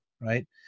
right